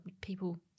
people